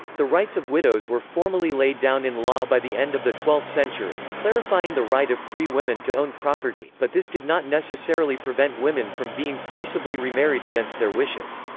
the rights of widows were formally laid down in law by the end of the twelfth century, clarifying the right of free women to own property, but this did not necessarily prevent women from being forcibly remarried against their wishes.